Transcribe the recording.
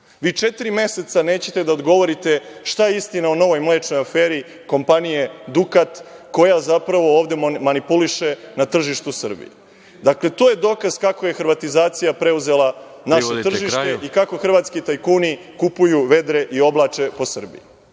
Vi četiri meseca nećete da odgovorite šta je istina o novoj mlečnoj aferi kompanije „Dukat“ koja zapravo ovde manipuliše na tržištu Srbije. Dakle, to je dokaz kako je hrvatizacija preuzela naše tržište i kako hrvatski tajkuni kupuju, vedre i oblače po Srbiji.